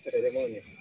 Ceremonia